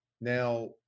Now